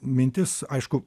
mintis aišku